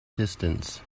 distance